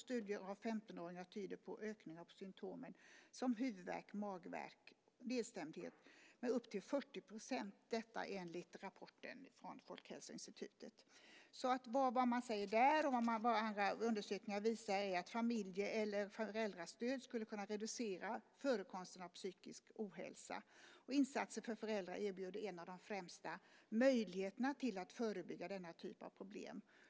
Studier av 15-åringar tyder på en ökning av symtom som huvudvärk, magvärk och nedstämdhet med upp till 40 % enligt rapporten från Folkhälsoinstitutet. Vad man säger där och vad andra undersökningar visar är att familje eller föräldrastöd skulle kunna reducera förekomsten av psykisk ohälsa. Insatser för föräldrar erbjuder en av de främsta möjligheterna att förebygga denna typ av problem.